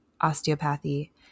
osteopathy